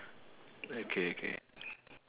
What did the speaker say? okay okay